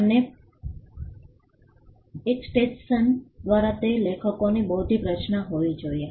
અને એક્સ્ટેંશન દ્વારા તે લેખકોની બૌદ્ધિક રચના હોવી જોઈએ